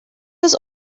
was